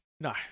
No